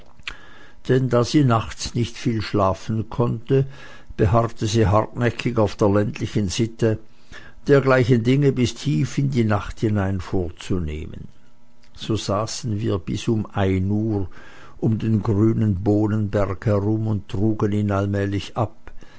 denn da sie nachts nicht viel schlafen konnte beharrte sie hartnäckig auf der ländlichen sitte dergleichen dinge bis tief in die nacht hinein vorzunehmen so saßen wir bis um ein uhr um den grünen bohnenberg herum und trugen ihn allmählich ab